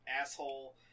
asshole